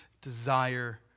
Desire